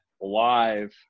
live